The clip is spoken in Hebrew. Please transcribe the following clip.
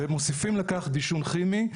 ומוסיפים לכך דישון כימי.